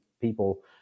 people